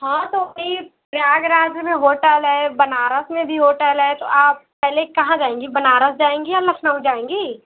हाँ तो वही प्रयागराज में होटल है बनारस में भी होटल है तो आप पहले कहाँ जायेंगी बनारस जायेंगी या लखनऊ जायेंगी